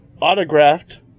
autographed